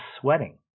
sweating